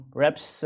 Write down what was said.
reps